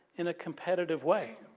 in a competitive way.